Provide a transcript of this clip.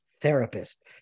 therapist